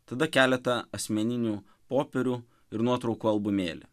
tada keletą asmeninių popierių ir nuotraukų albumėlį